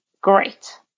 great